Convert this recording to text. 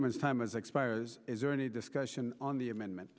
germans time as expires is there any discussion on the amendment